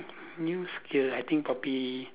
new skills I think probably